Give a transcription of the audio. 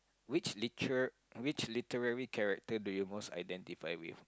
which liter~ literary character do you most identify with